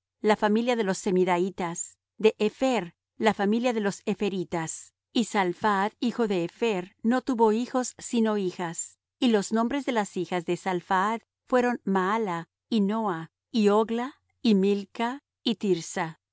la familia de los semidaitas de hepher la familia de los hepheritas y salphaad hijo de hepher no tuvo hijos sino hijas y los nombres de las hijas de salphaad fueron maala y noa y hogla y milca y tirsa